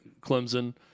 Clemson